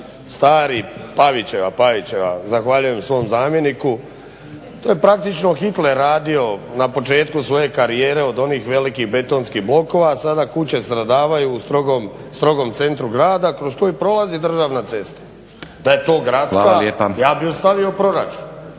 stari Pavićeva, zahvaljujem svom zamjeniku. To je praktično Hitler radio na početku svoje karijere od onih velikih betonskih blokova, a sada kuće stradavaju u strogom centru grada kroz koji prolazi državna cesta. Da je to gradska … …/Upadica